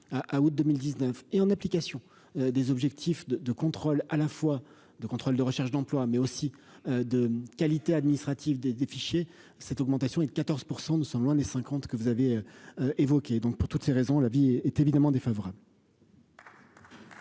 à août 2 1000 19 et en application des objectifs de de contrôle à la fois de contrôle de recherche d'emploi, mais aussi de qualité administrative des des fichiers, cette augmentation est de 14 %, nous sommes loin des 50 que vous avez évoqué donc pour toutes ces raisons, la vie est évidemment défavorable.